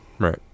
Right